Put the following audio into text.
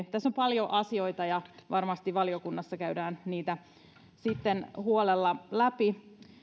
tässä on paljon asioita ja varmasti valiokunnassa sitten käydään niitä huolella läpi